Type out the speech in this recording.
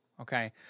Okay